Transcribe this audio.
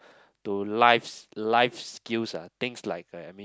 to life's life skills ah things like a I mean